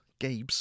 Gabe's